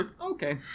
Okay